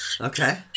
Okay